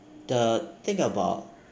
the thing about